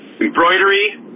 embroidery